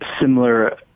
similar